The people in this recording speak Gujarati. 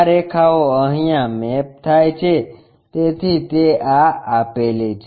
આ રેખાઓ અહીંયા મેપ થાય છે તેથી તે આ આપેલી છે